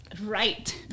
right